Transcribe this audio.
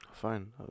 fine